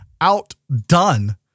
outdone